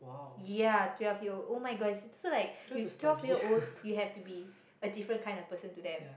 ya twelve year old oh-my-gosh so like if twelve year old you have to be a different kind of person to them